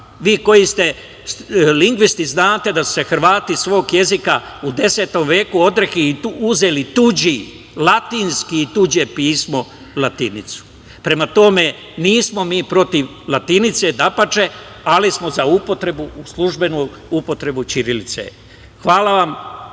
Vi koji ste lingvisti znate da su se Hrvati svog jezika u 10. veku odrekli i uzeli tuđi latinski i tuđe pismo latinicu. Prema tome, nismo mi protiv latinice, dapače, ali smo za službenu upotrebu ćirilice. Hvala vam